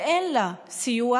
ואין לה סיוע,